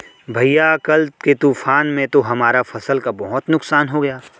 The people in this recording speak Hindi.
भैया कल के तूफान में तो हमारा फसल का बहुत नुकसान हो गया